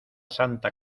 santa